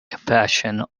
compassion